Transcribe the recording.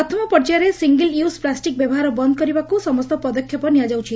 ପ୍ରଥମ ପର୍ଯ୍ୟାୟରେ single use plastic ବ୍ୟବହାର ବନ୍ଦ କରିବାକୁ ସମସ୍ତ ପଦକ୍ଷେପ ନିଆଯାଉଛି